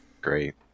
great